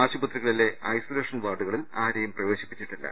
ആശുപത്രികളിലെ isolation വാർഡുകളിൽ ആരെയും പ്രവേശിപ്പിച്ചിട്ടില്ല